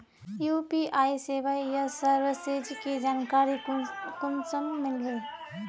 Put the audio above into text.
UPI सेवाएँ या services की जानकारी कुंसम मिलबे?